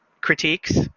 critiques